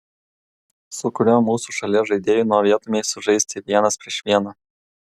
su kuriuo mūsų šalies žaidėju norėtumei sužaisti vienas prieš vieną